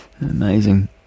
amazing